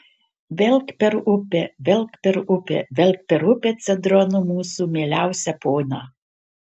velk per upę velk per upę velk per upę cedrono mūsų mieliausią poną